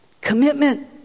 Commitment